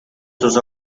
sus